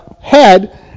head